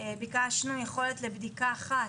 ביקשנו יכולת לבדיקה אחת.